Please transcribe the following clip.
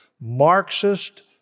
Marxist